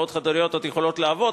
אמהות חד-הוריות עוד יכולות לעבוד,